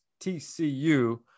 TCU